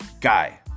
guy